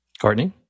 Courtney